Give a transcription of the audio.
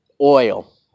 oil